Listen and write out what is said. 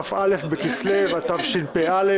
כ"א בכסלו התשפ"א,